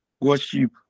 Worship